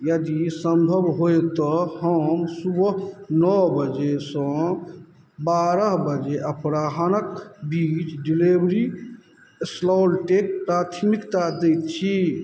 यदि सम्भव होइ तऽ हम सुबह नओ बजे सँ बारह बजे अपराह्नके बीच डिलिवरी स्लॉटके प्राथमिकता दै छी